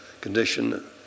condition